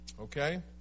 Okay